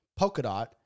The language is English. Polkadot